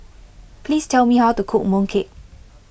please tell me how to cook Mooncake